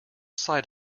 sight